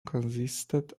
consisted